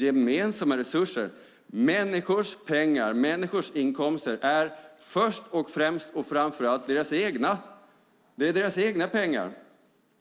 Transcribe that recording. Gemensamma resurser? Människors pengar, människors inkomster är först och främst och framför allt deras egna.